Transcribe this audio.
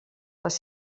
les